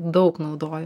daug naudoju